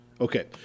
okay